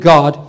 God